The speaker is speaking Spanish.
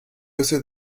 ese